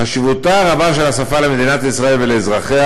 חשיבותה הרבה של השפה למדינת ישראל ולאזרחיה